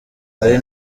ari